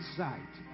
sight